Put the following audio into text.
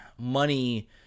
money